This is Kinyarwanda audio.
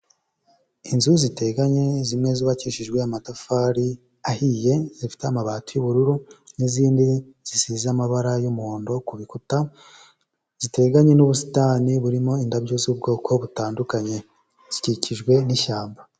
Inzu ziteganye zimwe zubakishijwe amatafari ahiye, zifite amabati y'ubururu n'izindi zisize amabara y'umuhondo ku bikuta, ziteganye n'ubusitani burimo indabyo z'ubwoko butandukanye zikikijwe n'ishyamba.